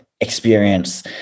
experience